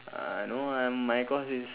uh no I'm my course is